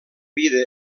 vida